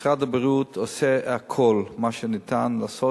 משרד הבריאות עושה כל מה שניתן לעשות,